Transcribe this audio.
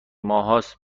ماههاست